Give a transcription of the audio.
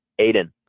Aiden